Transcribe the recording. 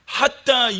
Hatta